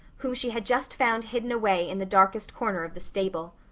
whom she had just found hidden away in the darkest corner of the stable.